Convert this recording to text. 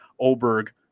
oberg